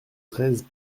treize